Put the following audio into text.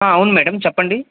అవును మ్యాడమ్ చెప్పండి